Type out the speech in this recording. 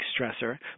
stressor